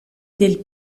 del